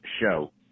show